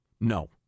No